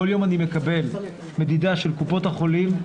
כל יום אני מקבל מדידה של קופות החולים,